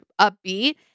upbeat